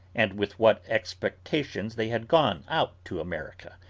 and with what expectations they had gone out to america,